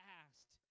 asked